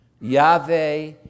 Yahweh